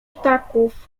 ptaków